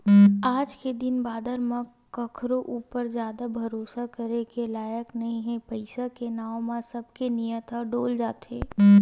आज के दिन बादर म कखरो ऊपर जादा भरोसा करे के लायक नइ हे पइसा के नांव म सब के नियत ह डोल जाथे